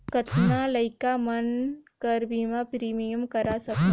कतना लइका मन कर बीमा प्रीमियम करा सकहुं?